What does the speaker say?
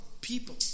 people